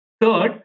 Third